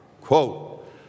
quote